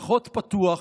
פחות פתוח,